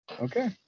Okay